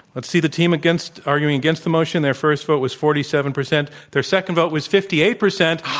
let's see the team against arguing against the motion. their first vote was forty seven percent. their second vote was fifty eight percent